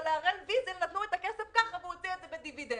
אבל להראל ויזל נתנו את הכסף ככה והוא הוציא את זה בדיווידנדים.